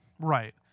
Right